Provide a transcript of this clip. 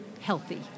healthy